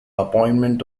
appointment